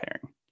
pairing